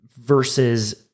versus